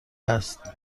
هست